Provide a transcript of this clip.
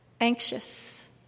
anxious